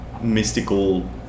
mystical